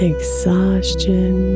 Exhaustion